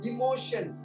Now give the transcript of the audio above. Emotion